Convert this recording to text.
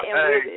Hey